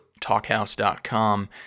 talkhouse.com